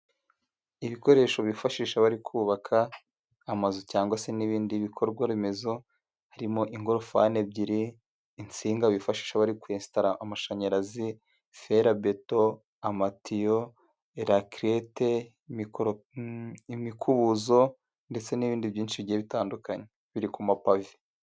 Ibikoresho bifashisha bari kubaka amazu cyangwa se n'ibindi bikorwa remezo, birimo ingorofani ebyiri, insinga bifashisha abari kwensitara amashanyarazi, fera beto, amatiyo, raklete, imikubuzo ndetse n'ibindi byinshi bigiye bitandukanye biri ku mapave.